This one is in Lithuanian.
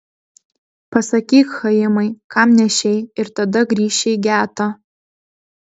pasakyk chaimai kam nešei ir tada grįši į getą